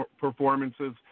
performances